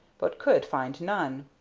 but could find none.